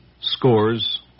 Scores